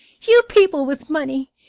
you people with money,